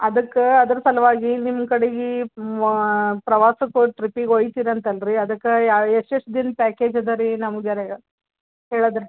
ಅದಕ್ಕೆ ಅದ್ರ ಸಲುವಾಗಿ ನಿಮ್ಮ ಕಡೆಗೆ ಮಾ ಪ್ರವಾಸಕ್ಕೆ ಹೋಗಿ ಟ್ರಿಪಿಗೆ ಹೋಗ್ತೀರಿ ಅಂತಲ್ಲ ರೀ ಅದಕ್ಕೆ ಯಾವ ಎಷ್ಟು ಎಷ್ಟು ದಿನ್ದ ಪ್ಯಾಕೇಜ್ ಅದ ರೀ ನಮ್ಮೋರಿಗೆ ಹೇಳಿದ್ರೆ